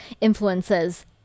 influences